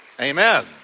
Amen